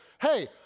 hey